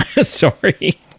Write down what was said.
sorry